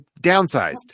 downsized